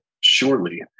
Surely